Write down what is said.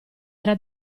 era